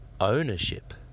ownership